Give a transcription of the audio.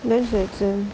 when is exam